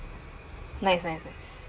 nice nice nice